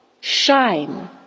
shine